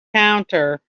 counter